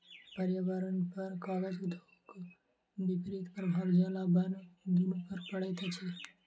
पर्यावरणपर कागज उद्योगक विपरीत प्रभाव जल आ बन दुनू पर पड़ैत अछि